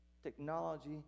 Technology